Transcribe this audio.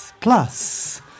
Plus